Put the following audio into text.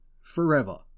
forever